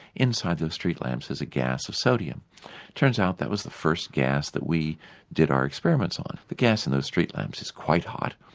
inside those street lamps is a gas of sodium. it turns out that was the first gas that we did our experiments on. the gas in those street lamps is quite hot,